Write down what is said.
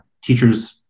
teachers